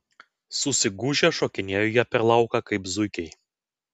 susigūžę šokinėjo jie per lauką kaip zuikiai